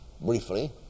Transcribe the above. briefly